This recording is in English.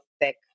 thick